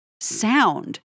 sound